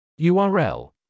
URL